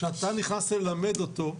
כשאתה נכנס ללמד אותו,